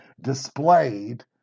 displayed